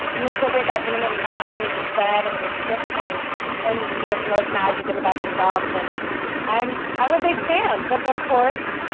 and you incorporate that intermittent fasting, as you said, and the restriction is when you get the most magic and the best results. and i'm i'm a big fan, but of course,